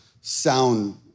sound